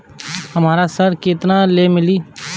हमरा ऋण केतना ले मिली?